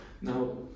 Now